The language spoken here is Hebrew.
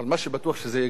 זה ייגמר רע מאוד,